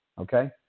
Okay